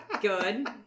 Good